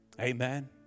Amen